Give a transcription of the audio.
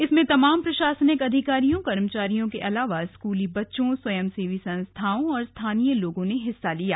इसमें तमाम प्रशासनिक अधिकारियों कर्मचारियों के अलावा स्कूली बच्चों स्वयंसेवी संस्थाओं और स्थानीय लोगों ने हिस्सा लिया